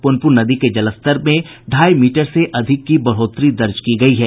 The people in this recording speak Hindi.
प्रनप्रन नदी के जलस्तर में ढ़ाई मीटर से अधिक बढ़ोतरी दर्ज की गयी है